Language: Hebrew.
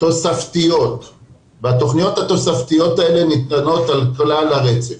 תוספתיות והתכניות התוספתיות האלה ניתנות על כלל הרצף.